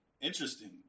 Interesting